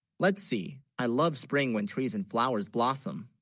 let's see i love spring, when trees and flowers blossom